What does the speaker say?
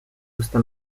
usta